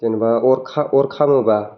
जेन'बा अर खा अर खामोबा